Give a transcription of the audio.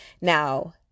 Now